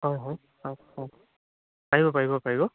হয় হয় অঁ অঁ পাৰিব পাৰিব পাৰিব